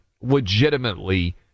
legitimately